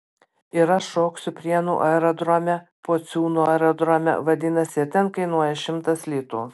ir aš šoksiu prienų aerodrome pociūnų aerodrome vadinasi ir ten kainuoja šimtas litų